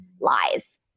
lies